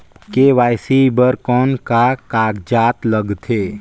KYC बर कौन का कागजात लगथे?